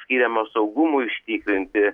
skiriamos saugumui užtikrinti